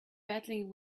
battling